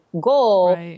goal